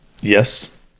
Yes